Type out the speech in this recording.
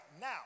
Now